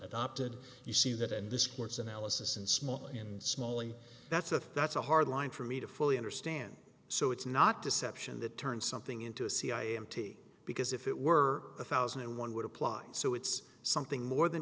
adopted you see that in this court's analysis in small and small and that's a that's a hard line for me to fully understand so it's not deception that turn something into a cia empty because if it were a thousand and one would apply so it's something more than